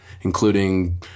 including